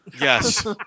Yes